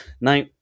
Now